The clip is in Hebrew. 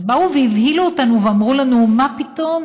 ואז באו והבהילו אותנו ואמרו: מה פתאום,